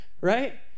Right